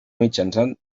mitjançant